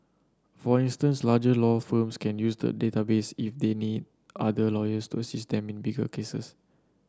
for instance larger law firms can use the database if they need other lawyers to assist them in bigger cases